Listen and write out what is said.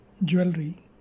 jewelry